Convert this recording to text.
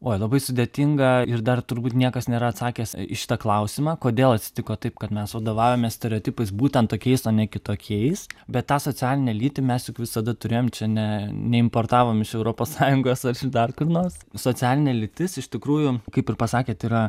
oi labai sudėtinga ir dar turbūt niekas nėra atsakęs į šitą klausimą kodėl atsitiko taip kad mes vadovaujamės stereotipais būtent tokiais o ne kitokiais bet tą socialinę lytį mes juk visada turėjom čia ne neimportavom iš europos sąjungos tarsi dar kur nors socialinė lytis iš tikrųjų kaip ir pasakėt yra